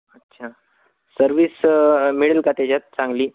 अच्छा सर्विस मिळेल का त्याचात चांगली